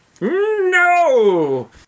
No